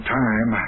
time